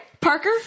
Parker